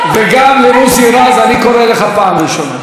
וגם את מוסי רז, אני קורא אותך פעם ראשונה.